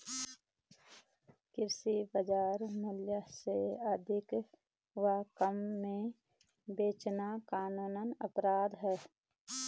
कृषि बाजार मूल्य से अधिक व कम में बेचना कानूनन अपराध है